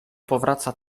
powraca